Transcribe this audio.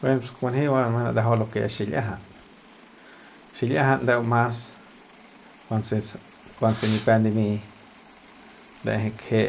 Buen pues kunji va majau lo ke es xil'iajan xil'iajan ndeu mas kuanse se se kuanse nipep limy kje